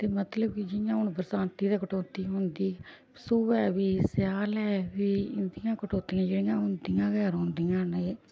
ते मतलब कि जियां हून बरसांती ते कटौती होंदी सोहै बी स्यालै बी इंदियांं कटौतियां जेह्ड़ियां होंदियां गै रौंह्दियां न एह्